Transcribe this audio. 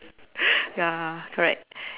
ya correct